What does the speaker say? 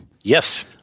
Yes